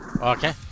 okay